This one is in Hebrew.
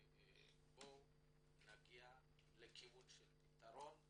בואו נגיע לכיוון של פתרון.